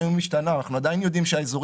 גם אם האיום יוסר מגיע לשפות אותם על הזמן שהיו,